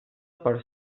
per